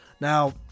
Now